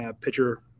pitcher